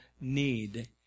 need